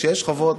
כשיש חובות,